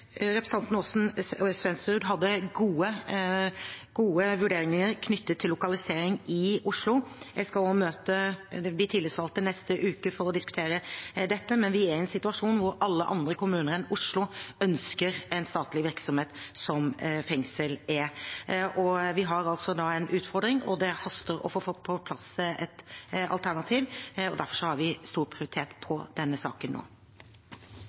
hadde gode vurderinger knyttet til lokalisering i Oslo. Jeg skal også møte de tillitsvalgte neste uke for å diskutere dette, men vi er i en situasjon hvor alle andre kommuner enn Oslo ønsker en statlig virksomhet, som et fengsel er. Og vi har altså en utfordring, og det haster med å få på plass et alternativ. Derfor har vi gitt stor prioritet til denne saken nå.